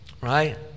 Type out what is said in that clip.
right